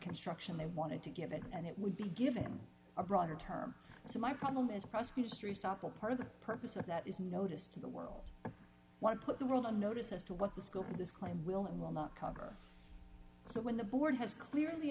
construction they wanted to give it and it would be give him a broader term so my problem as a prosecutor street stoppel part of the purpose of that is notice to the world why put the world on notice as to what the scope of this claim will and will not cover so when the board has clearly